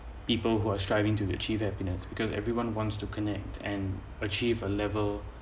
people who are striving to achieve happiness because everyone wants to connect and achieve a level